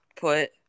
put